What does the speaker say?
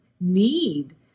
need